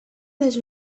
les